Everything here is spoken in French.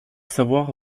savoir